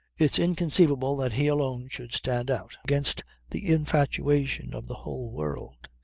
it's inconceivable that he alone should stand out against the infatuation of the whole world.